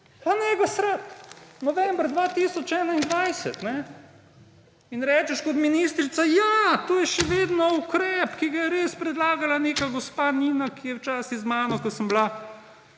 Ne ga srat! November 2021 in rečeš kot ministrica, ja, to je še vedno ukrep, ki ga je res predlagala neka gospa Nina, ki je včasih z mano, ko sem bila